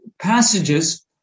passages